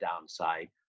downside